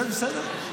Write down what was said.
זה בסדר.